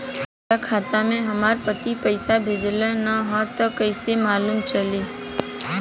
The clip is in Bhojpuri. हमरा खाता में हमर पति पइसा भेजल न ह त कइसे मालूम चलि?